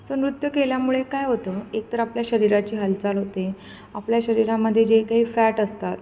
so नृत्य केल्यामुळे काय होतं एकतर आपल्या शरीराची हालचाल होते आपल्या शरीरामधे जे काही फॅट असतात